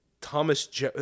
Thomas